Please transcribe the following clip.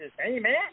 Amen